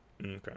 Okay